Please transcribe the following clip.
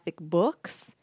books